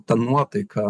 ta nuotaika